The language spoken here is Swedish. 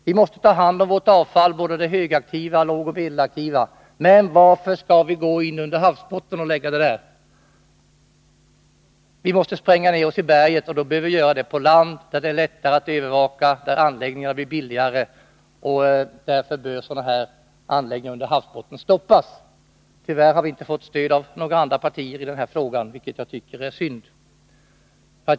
Vi måste ta hand om vårt avfall — både det högaktiva och det lågoch medelaktiva. Men varför skall vi lägga det under havsbotten? Vi måste spränga oss ner i berget, och då bör vi göra det på land där det är lättare att övervaka och där anläggningarna blir billigare. Därför bör sådana här anläggningar under havsbotten stoppas. Tyvärr har vi inte fått stöd i denna fråga av andra partier, vilket jag tycker är synd.